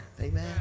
Amen